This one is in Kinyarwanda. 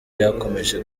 byakomeje